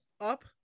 up